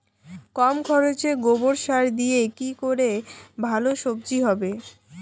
কম খরচে গোবর সার দিয়ে কি করে ভালো সবজি হবে?